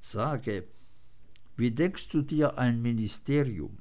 sag wie denkst du dir ein ministerium